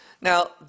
Now